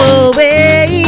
away